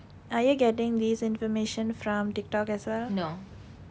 are you getting this information from Tik Tok as well